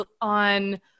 on